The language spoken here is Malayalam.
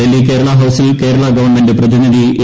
ഡൽഹി കേരള ഹൌസിൽ ക്യേർള് ഗവൺമെന്റ് പ്രതിനിധി എ